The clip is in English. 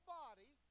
body